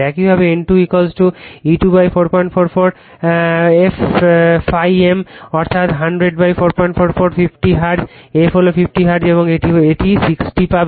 একইভাবে N2 E2 444 f ∅ m অর্থাৎ 100 444 50 hertz f হল 50 হার্টজ এবং এটি 60 পাবে